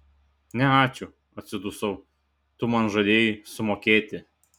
ne ačiū atsidusau tu man žadėjai sumokėti